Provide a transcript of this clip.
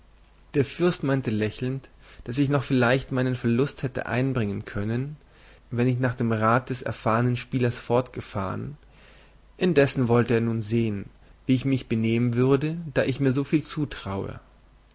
der fürst meinte lächelnd daß ich noch vielleicht meinen verlust hätte einbringen können wenn ich nach dem rat des erfahrnen spielers fortgefahren indessen wolle er nun sehn wie ich mich benehmen würde da ich mir so viel zutraue